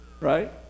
right